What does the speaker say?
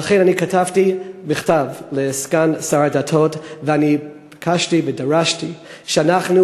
לכן כתבתי מכתב לסגן שר הדתות וביקשתי ודרשתי שאנחנו